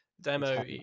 demo